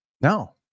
No